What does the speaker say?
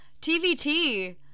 tvt